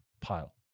pile